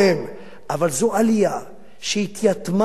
אבל זו עלייה שהתייתמה מייצוג,